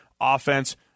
offense